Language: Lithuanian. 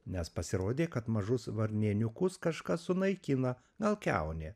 nes pasirodė kad mažus varnėniukus kažkas sunaikina gal kiaunė